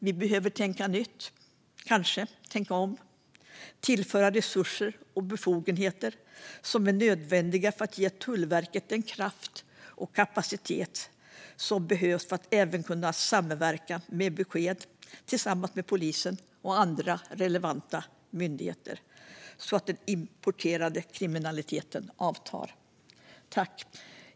Vi behöver tänka nytt, kanske tänka om och tillföra de resurser och befogenheter som är nödvändiga för att ge Tullverket den kraft och kapacitet som behövs för att även kunna samverka med besked tillsammans med polisen och andra relevanta myndigheter så att den importerade kriminaliteten avtar.